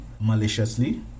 maliciously